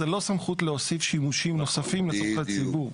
זה לא סמכות להוסיף שימושים נוספים לצרכי ציבור.